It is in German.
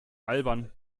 albern